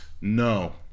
No